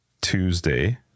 Tuesday